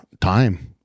time